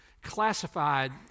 classified